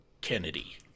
Kennedy